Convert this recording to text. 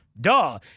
Duh